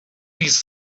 these